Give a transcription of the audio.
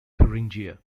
thuringia